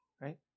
right